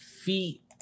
feet